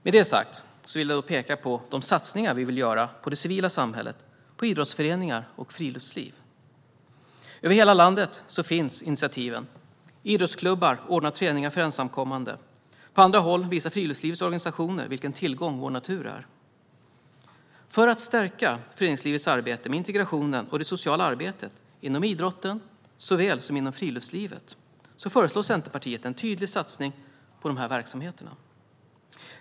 Med det sagt vill jag peka på de satsningar vi vill göra på det civila samhället, på idrottsföreningar och friluftsliv. Över hela landet tas det initiativ. Idrottsklubbar ordnar träningar för ensamkommande. På andra håll visar friluftslivets organisationer vilken tillgång vår natur är. För att stärka föreningslivets arbete med integrationen och det sociala arbetet inom idrotten såväl som inom friluftslivet föreslår Centerpartiet en tydlig satsning på de här verksamheterna.